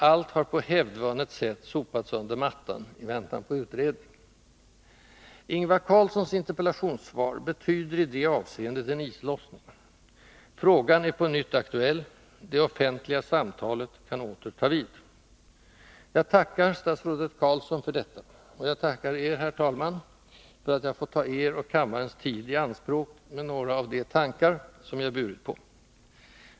Allt har på hävdvunnet sätt sopats under mattan i väntan på utredning. Ingvar Carlssons interpellationssvar betyder i det avseendet en islossning: Frågan är på nytt aktuell, det offentliga samtalet kan åter ta vid. Jag tackar statsrådet Carlsson för detta, och jag tackar er, herr talman, för att jag fått ta er och kammarens tid i anspråk med några av de tankar som jag burit på.